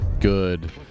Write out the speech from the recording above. good